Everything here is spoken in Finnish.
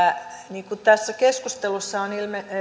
niin kuin tässä keskustelussa on